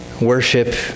worship